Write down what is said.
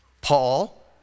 Paul